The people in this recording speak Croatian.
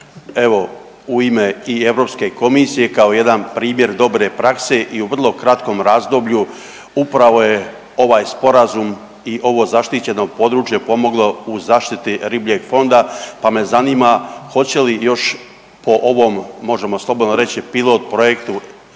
evo u ime i Europske komisije kao jedan primjer dobre prakse. I u vrlo kratkom razdoblju upravo je ovaj sporazum i ovo zaštićeno područje pomoglo u zaštiti ribljeg fonda pa me zanima hoće li još po ovom, možemo slobodno reći pilot projektu